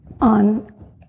on